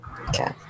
Okay